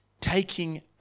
taking